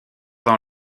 dans